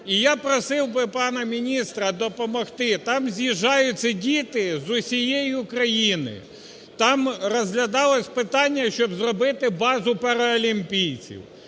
І я просив би пана міністра допомогти, там з'їжджаються діти з усієї України, там розглядалось питання, щоб зробити базу паралімпійців.